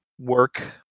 work